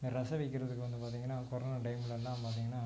ரசம் வைக்கிறதுக்கு வந்து பார்த்தீங்கன்னா கொரோனா டைம்லலாம் பார்த்தீங்கன்னா